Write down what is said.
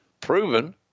proven